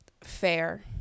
fair